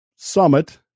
Summit